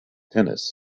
tennis